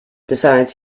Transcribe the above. besides